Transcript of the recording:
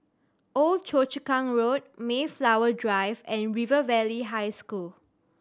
Old Choa Chu Kang Road Mayflower Drive and River Valley High School